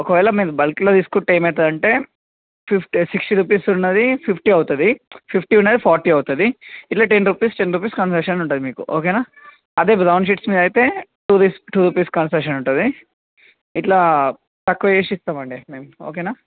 ఒకవేళ మీరు బల్క్లో తీసుకుంటే ఏమి అవుతుందంటే ఫిఫ్టీ సిక్స్టీ రూపీస్ ఉన్నది ఫిఫ్టీ అవుతుంది ఫిఫ్టీ ఉన్నది ఫార్టీ అవుతుంది ఇలా ten rupees ten rupees concession ఉంటుంది మీకు ఓకేనా అదే బ్రౌన్ షీట్స్ మీద అయితే టూ రూపీస్ కన్సెషన్ ఉంటుంది ఇట్లా తక్కువ చేసి ఇస్తాం అండి మేము